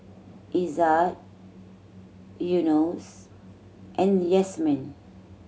Izzat Yunos and Yasmin